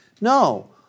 No